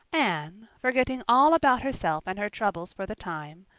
anne, forgetting all about herself and her troubles for the time,